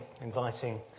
inviting